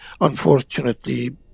unfortunately